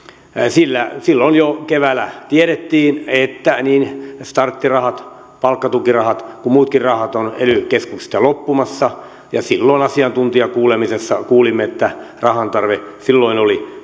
silloin jo keväällä tiedettiin että niin starttirahat palkkatukirahat kuin muutkin rahat ovat ely keskuksista loppumassa ja silloin asiantuntijakuulemisessa kuulimme että rahan tarve silloin oli